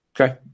Okay